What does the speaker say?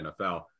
NFL